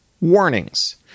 Warnings